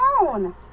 alone